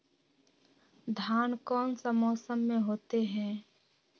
धान कौन सा मौसम में होते है?